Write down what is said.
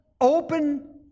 open